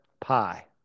pi